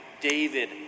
David